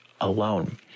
alone